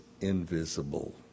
invisible